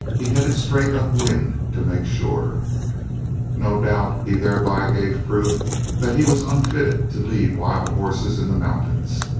he headed straight up wind to make sure no doubt he thereby gave proof that he was unfitted to lead wild horses in the mountains.